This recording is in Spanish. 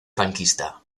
franquista